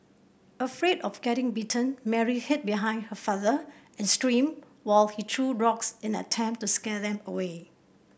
afraid of getting bitten Mary hid behind her father and screamed while he threw rocks in an attempt to scare them away